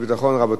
מי שבעד,